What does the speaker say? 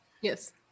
Yes